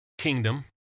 kingdom